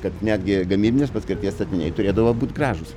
kad netgi gamybinės paskirties statiniai turėdavo būt gražūs